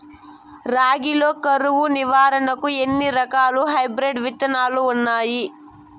రాగి లో కరువు నివారణకు ఎన్ని రకాల హైబ్రిడ్ విత్తనాలు ఉన్నాయి